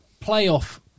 Playoff